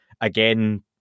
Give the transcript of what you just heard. again